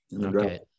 Okay